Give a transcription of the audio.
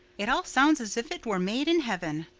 it all sounds as if it were made in heaven,